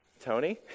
Tony